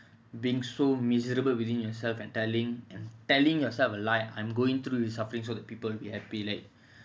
being so miserable within yourself and telling and telling yourself alive I'm going through his suffering so that people will happily